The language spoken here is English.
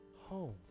home